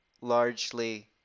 largely